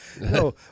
No